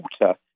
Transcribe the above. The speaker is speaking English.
water